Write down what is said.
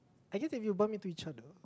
I get if you bump into each other